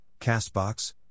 Castbox